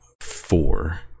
four